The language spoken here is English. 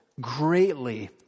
greatly